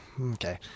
Okay